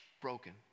broken